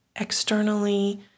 externally